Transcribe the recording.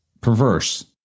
perverse